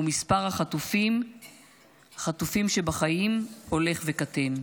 ומספר החטופים בחיים שהולך וקטן.